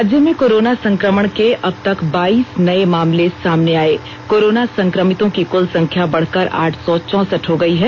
राज्य में कोरोना संक्रमण के अब तक बाइस नये मामले सामने आये कोरोना संक्रमितों की कुल संख्या बढ़कर आठ सौ चौसठ हो गई है